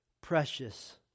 precious